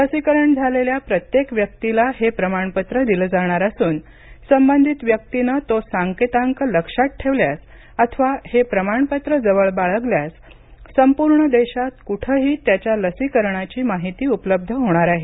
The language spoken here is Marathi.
लसीकरण झालेल्या प्रत्येक व्यक्तीला हे प्रमाणपत्र दिलं जाणार असून संबंधित व्यक्तीने तो सांकेतांक लक्षात ठेवल्यास अथवा हे प्रमाणपत्र जवळ बाळगल्यास संपूर्ण देशात कुठेही त्याच्या लसीकरणाची माहिती उपलब्ध होणार आहे